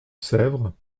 sèvres